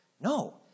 No